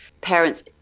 parent's